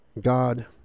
God